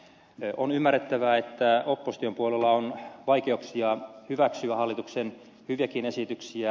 on ymmärrettävää että opposition puolella on vaikeuksia hyväksyä hallituksen hyviäkin esityksiä